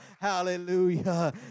Hallelujah